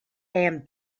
and